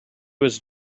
was